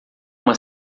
uma